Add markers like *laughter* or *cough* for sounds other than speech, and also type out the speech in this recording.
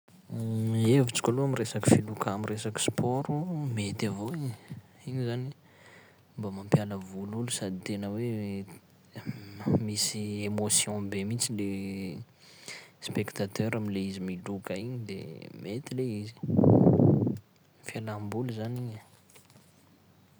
*hesitation* Gny hevitriko aloha amy resaky filokà amy resaky sport oo, mety avao i, igny zany mba mampiala voly olo sady tena hoe *noise* misy émotion be mihitsy le spectateur am'le izy midroka igny de mety le izy, *noise* fialam-boly zany igny e.